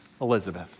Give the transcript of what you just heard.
Elizabeth